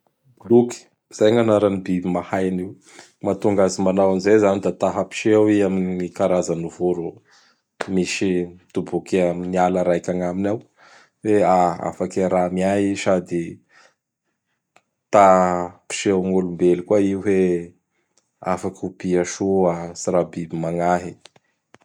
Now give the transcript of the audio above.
Bloky! Zay gn agnaran'ny biby mahay anio. Mahatonga azy manao an'izay izany da ta hampiseho i amin'ny karazan'ny voro misy, mitoboky amin'ny ala raiky agnaminy ao hoe afaky iaraha-miay i sady ta hampiseho amin'ny olombelo i hoe: ''afaky ompia soa, tsy raha biby magnahy. ''